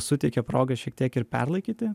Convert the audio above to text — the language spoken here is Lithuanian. suteikia progą šiek tiek ir perlaikyti